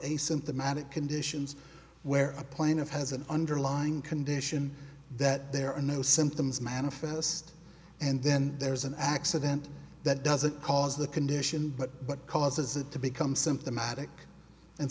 asymptomatic conditions where a plaintiff has an underlying condition that there are no symptoms manifest and then there's an accident that doesn't cause the condition but what causes it to become symptomatic and